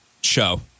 show